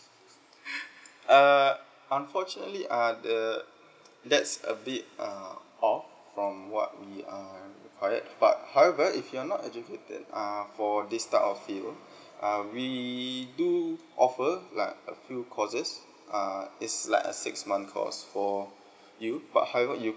err unfortunately uh the that's a bit err off from what we err required but however if you're not educated err for this type of field uh we do offer like a few courses err it's like a six month course for you but however you